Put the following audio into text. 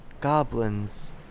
goblins